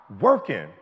working